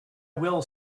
will